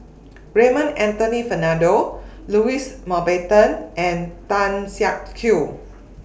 Raymond Anthony Fernando Louis Mountbatten and Tan Siak Kew